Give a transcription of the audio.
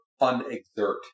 unexert